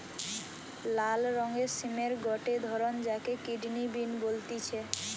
লাল রঙের সিমের গটে ধরণ যাকে কিডনি বিন বলতিছে